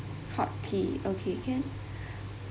hot tea okay can